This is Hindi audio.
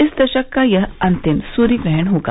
इस दशक का यह अंतिम सुर्यग्रहण होगा